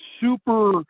super